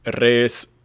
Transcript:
res